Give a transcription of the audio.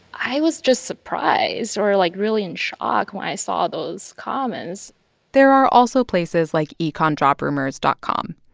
i was just surprised or, like, really in shock when i saw those comments there are also places like econjobrumors dot com.